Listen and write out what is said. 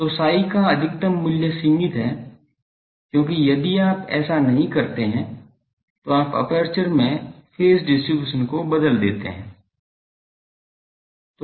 तो psi का अधिकतम मूल्य सीमित है क्योंकि यदि आप ऐसा नहीं करते हैं तो आप एपर्चर में फेज डिस्ट्रीब्यूशन को बदल देते हैं